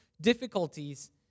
difficulties